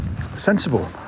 sensible